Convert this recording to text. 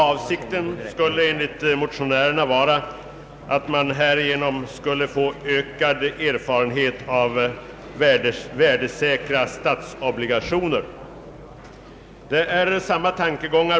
Avsikten skulle enligt motionärerna vara att man härigenom kan få ökad erfarenhet av värdesäkra statsobligationer.